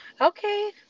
Okay